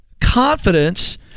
Confidence